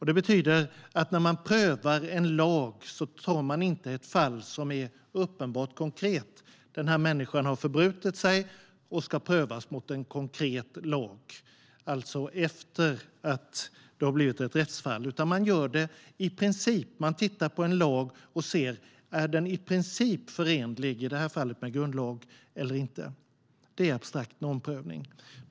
Det betyder att när man prövar en lag tar man inte ett fall som är uppenbart konkret, en människa som har brutit mot en lag och ska prövas mot en konkret lag, alltså efter att det har blivit ett rättsfall. I stället tittar man på en lag och ser om den i princip är förenlig med i det här fallet grundlagen eller inte. Det är abstrakt normprövning.